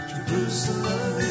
Jerusalem